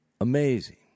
Amazing